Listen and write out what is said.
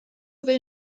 will